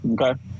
okay